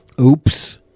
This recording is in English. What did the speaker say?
Oops